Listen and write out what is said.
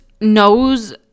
knows